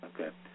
Okay